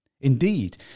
Indeed